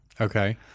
Okay